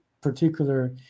particular